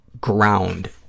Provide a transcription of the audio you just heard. ground